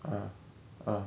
(uh huh) ah